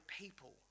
people